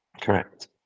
Correct